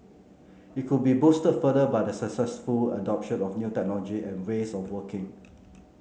it could be boosted further by the successful adoption of new technology and ways of working